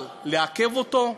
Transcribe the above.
אבל לעכב אותו?